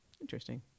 Interesting